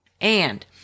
And-